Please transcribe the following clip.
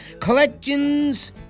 Collections